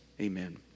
Amen